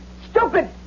stupid